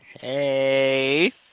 Hey